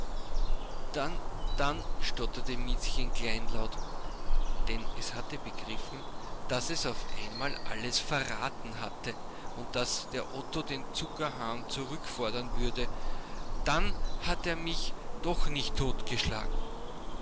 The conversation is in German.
dann dann stotterte miezchen kleinlaut denn es hatte begriffen daß es auf einmal alles verraten hatte und daß der otto den zuckerhahn zurückfordern würde dann hat er mich doch nicht totgeschlagen